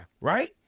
right